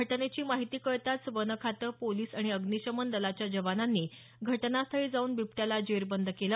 घटनेची माहिती कळताच वन खातं पोलीस आणि अग्निशमन दलाच्या जवानांनी घटनास्थळी जाऊन बिबट्याला जेरबंद केलं